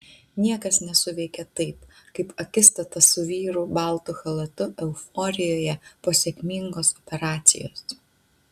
niekas nesuveikė taip kaip akistata su vyru baltu chalatu euforijoje po sėkmingos operacijos